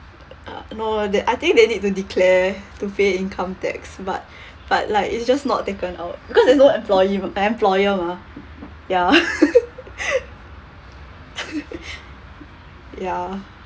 uh no th~ I think they need to declare to pay income tax but but like it's just not taken out because there's no employee employer mah ya ya